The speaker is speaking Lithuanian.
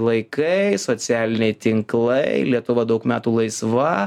laikai socialiniai tinklai lietuva daug metų laisva